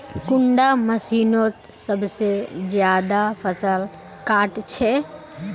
कुंडा मशीनोत सबसे ज्यादा फसल काट छै?